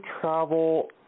travel